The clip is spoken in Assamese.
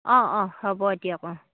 অঁ অঁ হ'ব দিয়ক অঁ